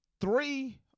three